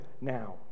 now